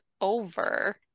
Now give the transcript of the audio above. over